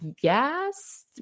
yes